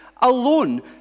alone